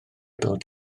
bod